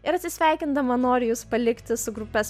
ir atsisveikindama noriu jus palikti su grupės